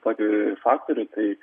tokį faktorių tai